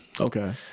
Okay